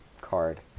card